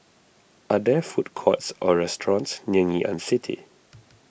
are there food courts or restaurants near Ngee Ann City